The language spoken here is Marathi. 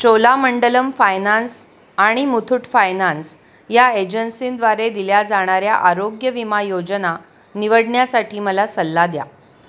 चोलामंडलम फायनान्स आणि मुथूट फायनान्स या एजन्सींद्वारे दिल्या जाणाऱ्या आरोग्यविमा योजना निवडण्यासाठी मला सल्ला द्या